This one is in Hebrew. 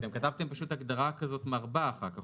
אתם כתבתם פשוט הגדרה כזאת מרבה אחר כך,